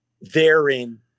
therein